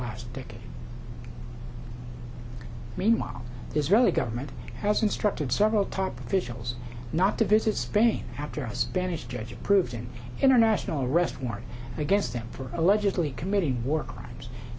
last decade meanwhile israeli government has instructed several top officials not to visit spain after us banished judge approved an international arrest warrant against them for allegedly committing war crimes